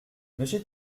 monsieur